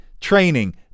training